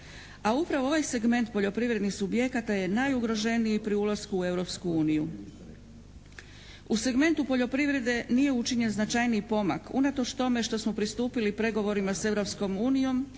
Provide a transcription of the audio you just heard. a upravo ovaj segment poljoprivrednih subjekata je najugroženiji pri ulasku u Europsku uniju. U segmentu poljoprivrede nije učinjen značajniji pomak unatoč tome što smo pristupili pregovorima s